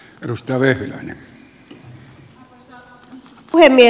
arvoisa puhemies